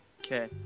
okay